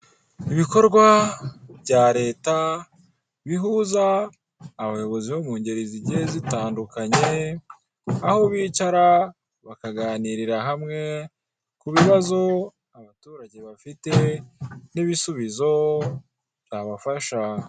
Ibikorwa bya Leta bihuza abayobozi bo mu ngeri zigiye zitandukanye aho bicara bakaganirira hamwe ku bibazo abaturage bafite n'ibisubizo byabafasha.